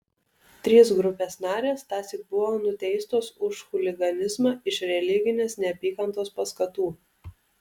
trys grupės narės tąsyk buvo nuteistos už chuliganizmą iš religinės neapykantos paskatų